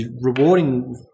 rewarding